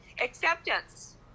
Acceptance